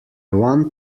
want